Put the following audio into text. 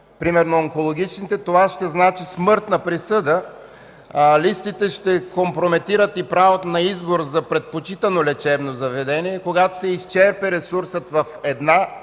примерно онкологичните, това ще значи смъртна присъда. Листите ще компрометират и правото на избор за предпочитано лечебно заведение – когато се изчерпи ресурса в една болница,